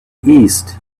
east